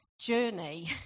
journey